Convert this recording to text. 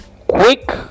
quick